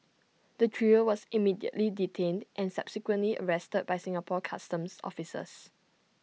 the trio was immediately detained and subsequently arrested by Singapore Customs officers